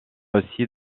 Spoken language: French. aussi